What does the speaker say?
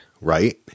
right